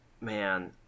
man